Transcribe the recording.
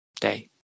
day